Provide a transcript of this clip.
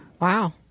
Wow